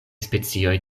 specioj